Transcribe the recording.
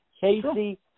Casey